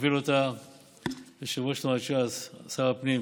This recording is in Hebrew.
שמוביל אותה יושב-ראש תנועת ש"ס שר הפנים